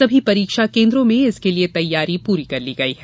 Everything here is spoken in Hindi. सभी परीक्षा केन्द्रों में इसके लिये तैयारी पूरी कर ली गई है